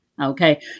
okay